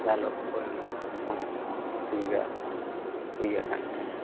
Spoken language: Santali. ᱫᱟᱞᱚᱵ ᱠᱚ ᱨᱮᱱᱟᱜ ᱦᱚᱸ ᱚᱥᱩᱵᱤᱫᱷᱟ ᱦᱩᱭ ᱟᱠᱟᱱ ᱛᱟᱦᱮᱱ